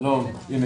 שלום לכולם,